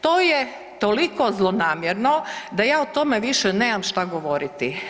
To je toliko zlonamjerno da ja o tome više nemam šta govoriti.